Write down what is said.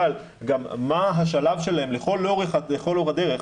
אבל גם מה השלב שלהם לכל אורך הדרך,